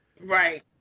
Right